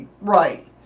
right